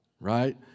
right